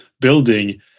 building